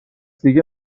دیگه